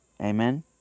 amen